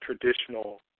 traditional